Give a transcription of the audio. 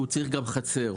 הוא צריך גם חצר,